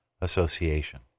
association